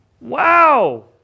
Wow